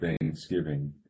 thanksgiving